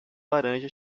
laranja